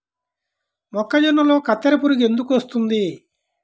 మొక్కజొన్నలో కత్తెర పురుగు ఎందుకు వస్తుంది?